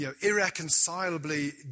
irreconcilably